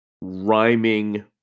rhyming